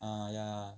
ah ya